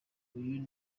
uyu